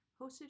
hosted